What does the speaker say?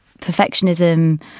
perfectionism